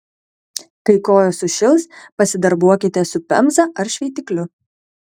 kai kojos sušils pasidarbuokite su pemza ar šveitikliu